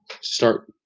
start